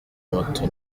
moto